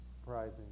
surprising